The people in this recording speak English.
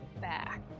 back